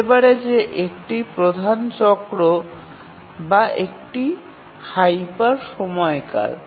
হতে পারে যে একটি প্রধান চক্র বা একটি হাইপার সময়কাল